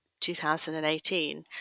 2018